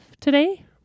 today